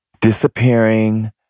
disappearing